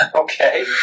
Okay